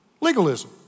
legalism